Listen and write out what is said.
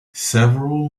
several